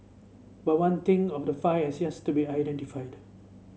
but one thing of the five has yes to be identified